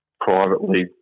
privately